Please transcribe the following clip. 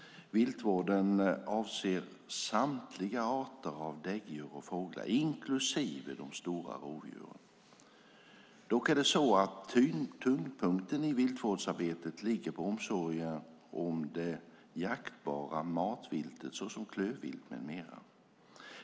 Viltvården avser samtliga arter av däggdjur och fåglar, inklusive de stora rovdjuren. Dock är det så att tyngdpunkten i viltvårdsarbetet ligger på omsorger om det jaktbara matviltet så som klövvilt med mera.